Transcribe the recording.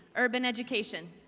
urban education.